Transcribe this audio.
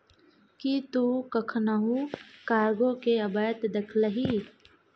कि तु कखनहुँ कार्गो केँ अबैत देखलिही?